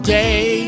day